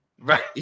right